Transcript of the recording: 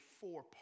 four